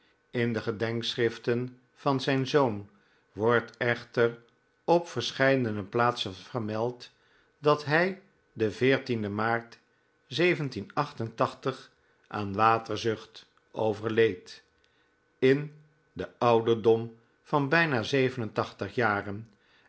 in de gedenkschriften van zijn zoon wordt echter op verscheidene plaatsen vermeld dat hij den maart aan water zucht overleed in den ouderdom van bijna jaren